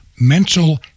mental